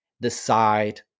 decide